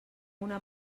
una